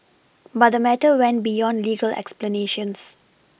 but the matter went beyond legal explanations